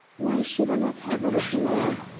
why should i not have a roquelaire?